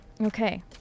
okay